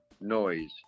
noise